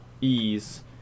ease